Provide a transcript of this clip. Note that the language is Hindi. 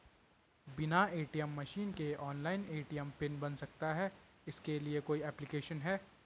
बिना ए.टी.एम मशीन के ऑनलाइन ए.टी.एम पिन बन सकता है इसके लिए कोई ऐप्लिकेशन है?